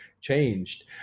changed